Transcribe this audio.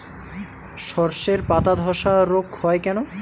শর্ষের পাতাধসা রোগ হয় কেন?